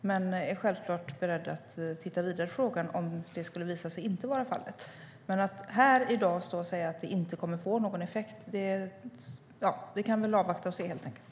Men jag är självklart beredd att titta vidare på frågan om det skulle visa sig inte vara fallet. Vi kan väl avvakta och se helt enkelt.